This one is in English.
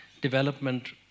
development